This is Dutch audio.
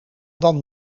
dan